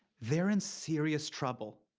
they're in serious trouble.